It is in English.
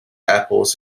apples